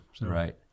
Right